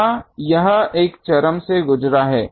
यहाँ यह एक चरम से गुज़रा है